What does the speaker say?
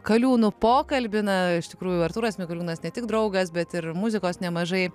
kaliūnu pokalbį na iš tikrųjų artūras mikoliūnas ne tik draugas bet ir muzikos nemažai